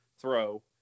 throw